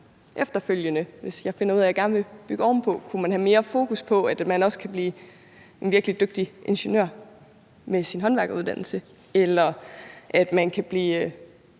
efterfølgende, hvis man finder ud af, at man gerne vil bygge ovenpå. Kunne man have mere fokus på, at man også kan blive en virkelig dygtig ingeniør med sin håndværkeruddannelse, eller at man kan blive